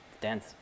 dense